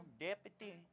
deputy